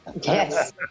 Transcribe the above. Yes